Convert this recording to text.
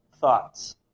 thoughts